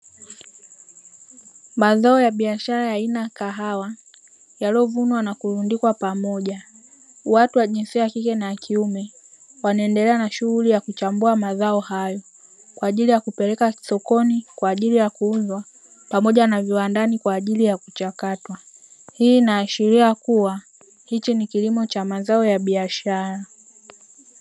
Mazao ya biashara aina ya kahawa yaliyovunwa na kulundikwa pamoja. Watu wa jinsia ya kike na kiume wanendelea na shughuli ya kuchambua mazao hayo kwa ajili ya kupeleka sokoni, kwa ajili ya kuuzwa pamoja na viwandani kwa ajili ya kuchakatwa. Hii inaashiria kuwa hiki ni kilimo cha mazao ya biashara.